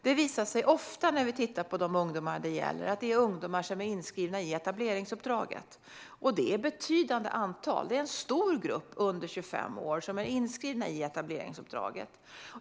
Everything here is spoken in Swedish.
Det visar sig ofta, när vi tittar på de ungdomar det gäller, att det är ungdomar som är inskrivna i etableringsuppdraget. Och det är ett betydande antal. Det är en stor grupp under 25 år som är inskrivna i etableringsuppdraget.